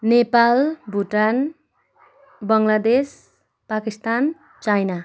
Nepal Bhutan Bangladesh Pakistan China